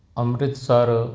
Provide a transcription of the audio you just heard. Amritsar